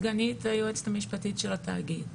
אני סגנית היועצת המשפטית של התאגיד.